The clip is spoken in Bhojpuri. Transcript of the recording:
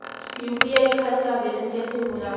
यू.पी.आई खातिर आवेदन कैसे होला?